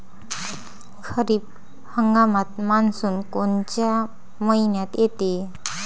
खरीप हंगामात मान्सून कोनच्या मइन्यात येते?